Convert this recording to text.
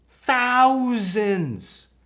thousands